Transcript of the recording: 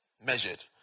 measured